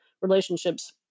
relationships